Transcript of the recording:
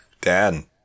Dan